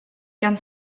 gan